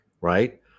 right